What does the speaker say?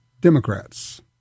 Democrats